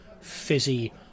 fizzy